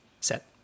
set